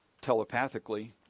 telepathically